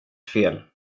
fel